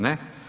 Ne.